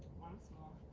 once more.